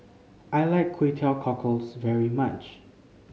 I like Kway Teow Cockles very much